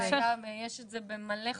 וגם יש את זה במלא חוקים.